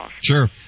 Sure